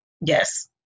Yes